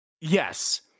Yes